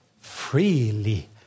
freely